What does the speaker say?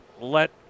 let